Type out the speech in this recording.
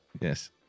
Yes